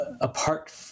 apart